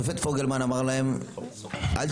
השופט פוגלמן אמר אל תתערבו,